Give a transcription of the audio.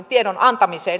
tiedon antamiseen